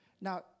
Now